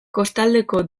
kostaldeko